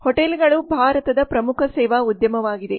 ಹೋಟೆಲ್ಗಳು ಭಾರತದ ಪ್ರಮುಖ ಸೇವಾ ಉದ್ಯಮವಾಗಿದೆ